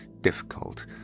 difficult